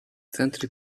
центрі